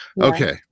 Okay